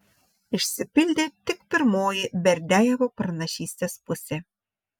išsipildė tik pirmoji berdiajevo pranašystės pusė